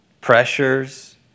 Pressures